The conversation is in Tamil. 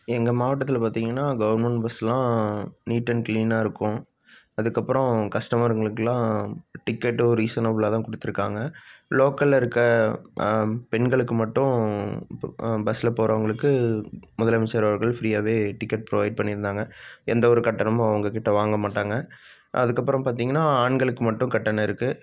எங்கள் மாவட்டத்தில் பார்த்தீங்கன்னா கவர்மெண்ட் பஸ்ஸுசெல்லாம் நீட் அண்ட் க்ளீனாக இருக்கும் அதுக்கப்புறம் கஸ்டமருங்களுக்கெல்லாம் டிக்கெட்டும் ரீசனபுளாக தான் கொடுத்துருக்காங்க லோக்கலில் இருக்கற பெண்களுக்கு மட்டும் இப்போ பஸ்சில் போகிறவங்களுக்கு முதலமைசர் அவர்கள் ஃப்ரீயாகவே டிக்கெட் ப்ரொவைட் பண்ணியிருந்தாங்க எந்த ஒரு கட்டணமும் அவங்கக் கிட்டே வாங்க மாட்டாங்க அதுக்கப்புறம் பார்த்தீங்கன்னா ஆண்களுக்கு மட்டும் கட்டணம் இருக்குது